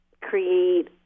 create